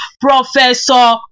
Professor